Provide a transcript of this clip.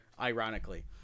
ironically